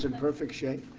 and perfect shape.